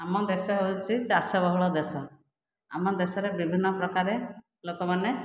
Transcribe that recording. ଆମ ଦେଶ ହେଉଛି ଚାଷବହୁଳ ଦେଶ ଆମ ଦେଶରେ ବିଭିନ୍ନ ପ୍ରକାର ଲୋକମାନେ